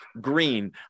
green